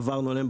עברנו עליהם,